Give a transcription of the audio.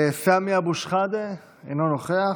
סמי אבו שחאדה, אינו נוכח,